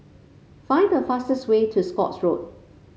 find the fastest way to Scotts Road